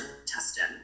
intestine